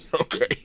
Okay